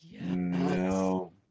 No